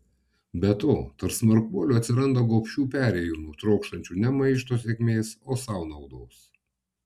be to tarp smarkuolių atsiranda gobšių perėjūnų trokštančių ne maišto sėkmės o sau naudos